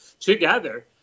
together